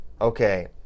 Okay